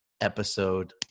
episode